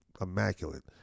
immaculate